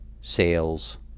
sales